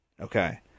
Okay